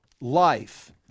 life